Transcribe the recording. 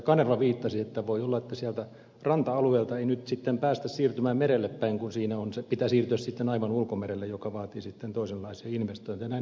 kanerva viittasi että voi olla että sieltä ranta alueelta ei nyt sitten päästä siirtymään merelle päin kun siinä on se että pitää siirtyä sitten aivan ulkomerelle mikä vaatii sitten toisenlaisia investointeja